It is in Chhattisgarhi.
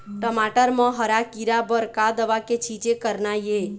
टमाटर म हरा किरा बर का दवा के छींचे करना ये?